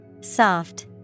Soft